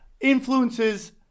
Influences